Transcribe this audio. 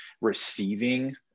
receiving